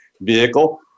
vehicle